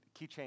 keychain